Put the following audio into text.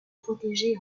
protégé